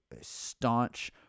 staunch